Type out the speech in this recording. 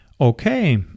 okay